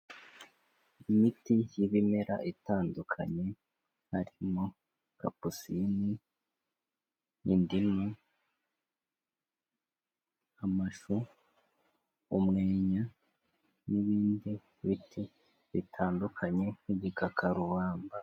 Imiti y'ibimera itandukanye harimo kapusinine, indimu, amashu, umwenya n'ibindi biti bitandukanye nk'igikakarubamba.